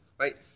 right